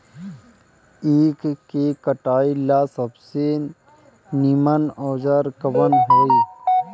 ईख के कटाई ला सबसे नीमन औजार कवन होई?